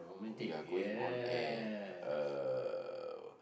we are going on air uh